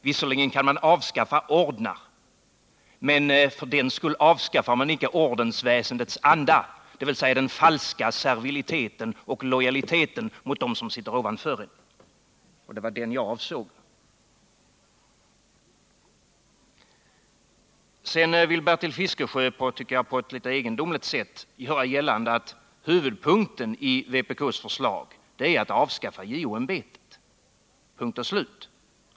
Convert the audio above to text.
Visserligen kan man avskaffa ordnar, men för den skull avskaffar man inte ordensväsendets anda, den falska serviliteten och lojaliteten mot dem som sitter ovanför en. Och det var detta jag avsåg. Bertil Fiskesjö vill på ett som jag tycker litet egendomligt sätt göra gällande att huvudpunkten i vpk:s förslag är att avskaffa JO-ämbetet — punkt och slut.